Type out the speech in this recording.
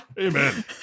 Amen